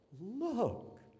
Look